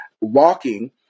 walking